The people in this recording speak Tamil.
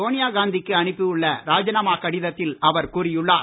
சோனியாகாந்தி க்கு அனுப்பியுள்ள ராஜினாமா கடிதத்தில் அவர் கூறியுள்ளார்